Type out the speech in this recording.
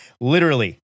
literally-